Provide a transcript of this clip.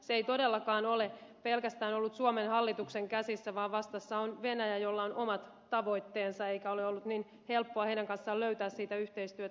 se ei todellakaan ole pelkästään ollut suomen hallituksen käsissä vaan vastassa on venäjä jolla on omat tavoitteensa eikä ole ollut niin helppoa heidän kanssaan löytää sitä yhteistyötä